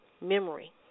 memory